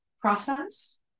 process